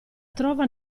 trova